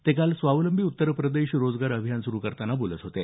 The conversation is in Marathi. ते काल स्वावलंबी उत्तर प्रदेश रोजगार अभियान सुरु करताना बोलत होते